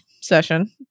session